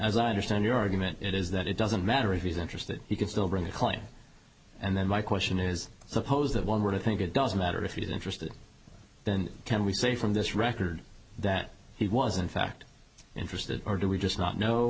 as i understand your argument it is that it doesn't matter if he's interested he can still bring a claim and then my question is suppose that one would think it doesn't matter if he's interested then can we say from this record that he was in fact interested or do we just not know